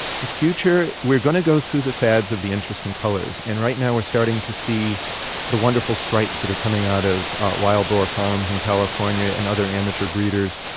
the future, we're going to go through the fads of the interesting colors. and right now we're starting to see the wonderful stripes that are coming out of wild boar farms in california and other amateur breeders.